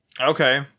Okay